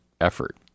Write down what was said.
effort